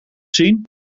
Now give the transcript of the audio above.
zien